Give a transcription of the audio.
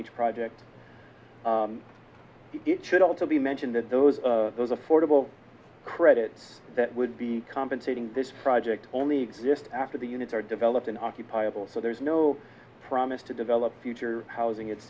each project it should also be mentioned that those those affordable credits that would be compensating this project only exist after the units are developed and occupy it all so there is no promise to develop future housing